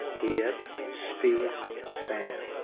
hiep steve phan.